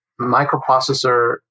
microprocessor